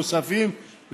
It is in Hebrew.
נוספים,